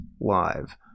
Live